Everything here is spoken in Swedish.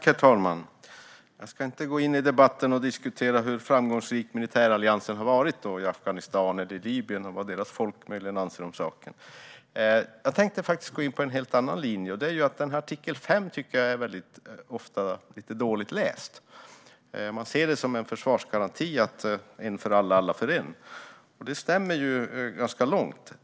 Herr talman! Jag ska inte gå in i debatten och diskutera hur framgångsrik militäralliansen har varit i Afghanistan och Libyen och vad deras folk möjligen anser om saken. Jag ska gå in på en helt annan linje. Artikel 5 är ofta lite dåligt läst. Man ser det som en försvarsgaranti: en för alla, alla för en. Det stämmer ganska långt.